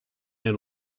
and